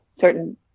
certain